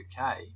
UK